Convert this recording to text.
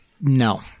no